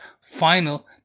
final